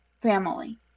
family